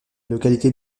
localité